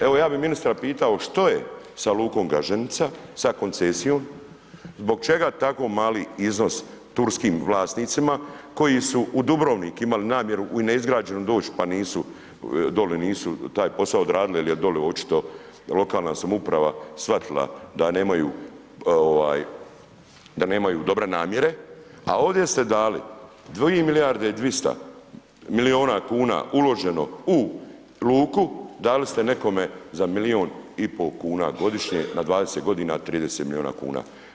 Evo ja bi ministra pitao što je sa lukom Gaženica, sa koncesijom, zbog čega tako mali iznos turskim vlasnicima koji su u Dubrovnik imali namjeru u neizgrađenom doć pa nisu, dole nisu taj posao odradili jer je dole očito lokalna samouprava shvatila da nemaju dobre namjere a ovdje ste dali 2 milijarde i 200 milijuna kuna uloženo u luku, dali ste nekome za milijun i pol kuna godišnje na 20 g. 30 milijuna kuna.